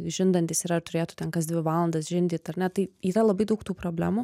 žindantys yra ir turėtų ten kas dvi valandas žindyt ar ne tai yra labai daug tų problemų